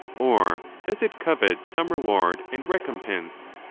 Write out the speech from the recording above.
or does it covet some reward and recompense?